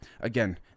Again